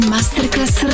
Masterclass